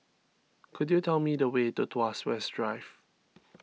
could you tell me the way to Tuas West Drive